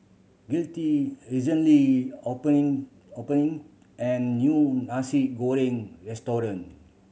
Gustie recently opening opening an new Nasi Goreng restaurant